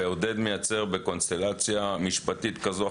ועודד מייצר בקונסטלציה משפטית כזו או